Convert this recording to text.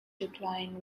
decline